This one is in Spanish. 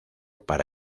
para